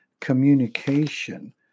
communication